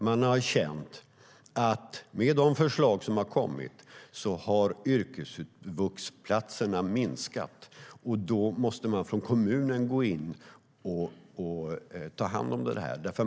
Man har känt att med de förslag som har kommit har yrkesvuxplatserna minskat. Då måste man från kommunen gå in och ta hand om det.